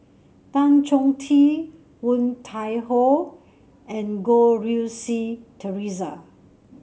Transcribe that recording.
Tan Chong Tee Woon Tai Ho and Goh Rui Si Theresa